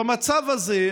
במצב הזה,